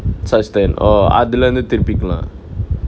side stand oh அதுல இருந்து திருப்பிக்லாம்:athula irunthu thiruppiklaam